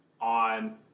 on